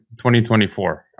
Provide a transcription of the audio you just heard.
2024